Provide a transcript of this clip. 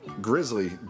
Grizzly